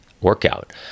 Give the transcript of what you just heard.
workout